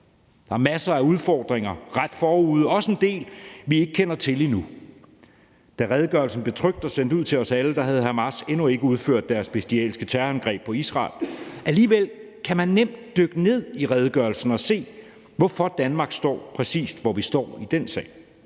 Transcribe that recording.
Der er masser af udfordringer ret forude, også en del, vi ikke kender til endnu. Da redegørelsen blev trykt og sendt ud til os alle, havde Hamas endnu ikke udført deres bestialske terrorangreb på Israel. Alligevel kan man nemt dykke ned i redegørelsen og se, hvorfor Danmark står, præcis hvor vi står i den sag.